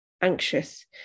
anxious